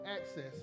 access